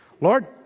Lord